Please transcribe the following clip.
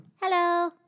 hello